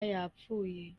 yapfuye